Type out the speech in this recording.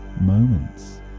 moments